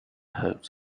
herbs